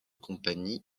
compagnie